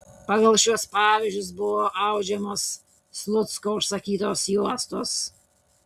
pagal šiuos pavyzdžius buvo audžiamos slucko užsakytos juostos